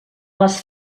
les